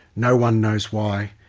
no one knows why.